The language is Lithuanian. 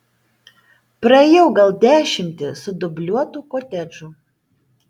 praėjau gal dešimtį sudubliuotų kotedžų